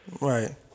Right